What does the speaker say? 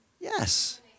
Yes